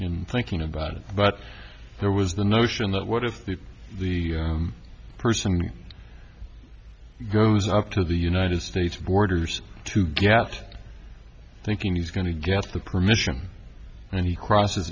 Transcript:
in thinking about it but there was the notion that what if that the person goes up to the united states borders to gaff thinking he's going to get the permission and he crosses